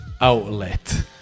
outlet